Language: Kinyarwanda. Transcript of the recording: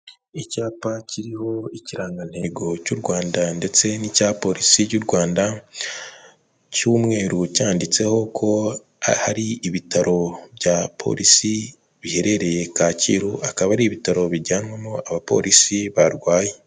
Icyapa kiriho ikirangantego cy'u Rwanda ndetse n'icya polisi y'u Rwanda cy'umweru, cyanditseho ko aho ari ibitaro bya polisi biherereye Kacyiru. Akaba ari ibitaro bijyanwamo abapolisi barwaye.